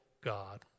God